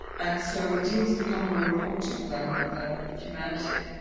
and so deals become more important than than humanity.